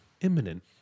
imminent